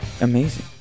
Amazing